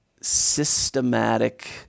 systematic